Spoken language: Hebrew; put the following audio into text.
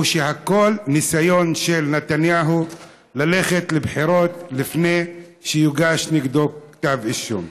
או הכול ניסיון של נתניהו ללכת לבחירות לפני שיוגש נגדו כתב אישום?